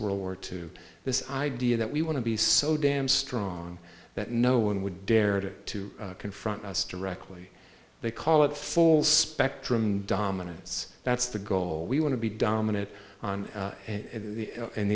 world war two this idea that we want to be so damn strong that no one would dare to confront us directly they call it full spectrum dominance that's the goal we want to be dominant on